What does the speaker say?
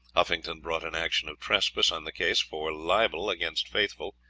huffington brought an action of trespass on the case for libel against faithful,